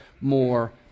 more